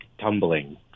tumbling